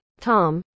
tom